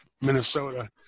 Minnesota